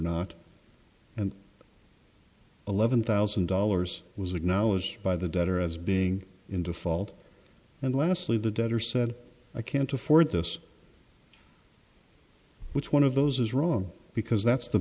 not and eleven thousand dollars was acknowledged by the debtor as being in default and lastly the debtor said i can't afford this which one of those is wrong because that's the